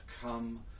come